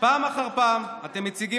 כמה מהם אתה מכיר באופן אישי?